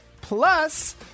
Plus